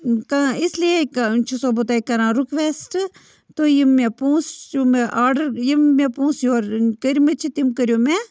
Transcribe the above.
کانٛہہ اِسلیے چھُسو بہٕ تۄہہِ کَران رُکوٮ۪سٹ تۄہہِ یِم مےٚ پۄنٛسہٕ یِم مےٚ آرڈَر یِم مےٚ پۄنٛسہٕ یورٕ کٔرۍ مٕتۍ چھِ تِم کٔرِو مےٚ